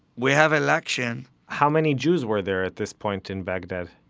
we have election how many jews were there at this point in baghdad?